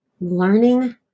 learning